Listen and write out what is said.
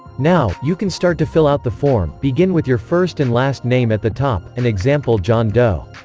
now, you can start to fill out the form begin with your first and last name at the top, an example john doe